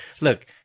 look